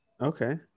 Okay